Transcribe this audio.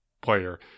player